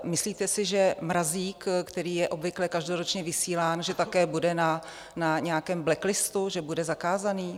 Myslíte si, že Mrazík, který je obvykle každoročně vysílán, že také bude na nějakém blacklistu, že bude zakázaný?